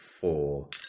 four